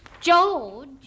George